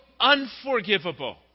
unforgivable